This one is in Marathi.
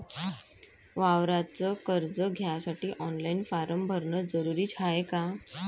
वावराच कर्ज घ्यासाठी ऑनलाईन फारम भरन जरुरीच हाय का?